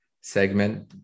segment